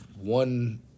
one